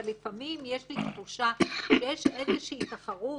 אבל לפעמים יש לי תחושה שיש איזושהי תחרות